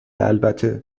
البته